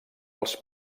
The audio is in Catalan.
als